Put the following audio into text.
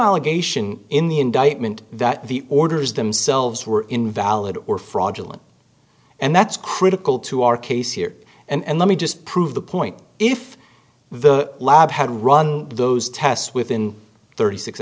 allegation in the indictment that the orders themselves were invalid or fraudulent and that's critical to our case here and let me just prove the point if the lab had run those tests within thirty six